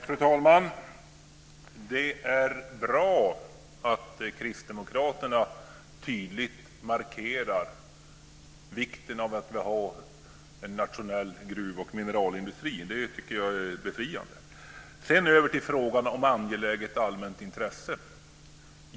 Fru talman! Det är bra att Kristdemokraterna tydligt markerar vikten av att vi har en nationell gruvoch mineralindustri. Det tycker jag är befriande. Sedan över till frågan detta med angeläget allmänt intresse.